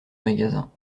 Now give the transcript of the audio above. magasin